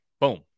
Boom